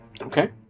Okay